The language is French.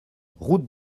route